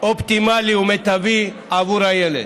אופטימלי ומיטבי בעבור הילד.